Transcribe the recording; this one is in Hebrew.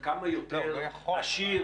כמה יותר עשיר?